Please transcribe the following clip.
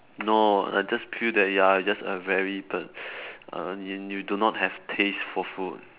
no I just feel that you're just a very the err you do not have taste for food